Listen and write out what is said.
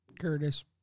Curtis